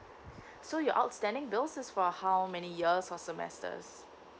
so your outstanding bills is for how many years or semesters